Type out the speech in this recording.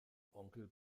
onkel